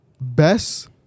Best